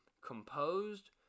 composed